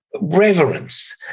reverence